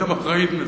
ואתם אחראים לזה.